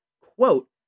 quote